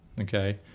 okay